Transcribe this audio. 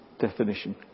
definition